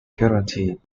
guaranteed